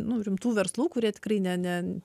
nu rimtų verslų kurie tikrai ne ne